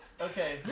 Okay